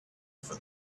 for